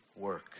work